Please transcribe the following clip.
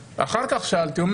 אחר כך שאלתי את היושב-ראש,